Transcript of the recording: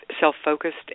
self-focused